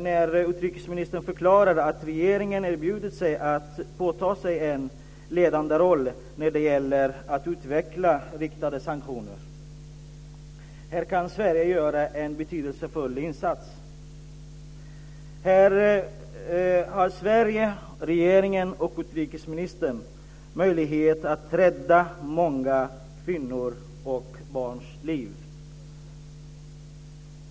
när utrikesministern förklarar att regeringen erbjudit sig att påta sig en ledande roll när det gäller att utveckla riktade sanktioner. Här kan Sverige göra en betydelsefull insats. Här har Sverige, regeringen och utrikesministern möjlighet att rädda många kvinnors och barns liv.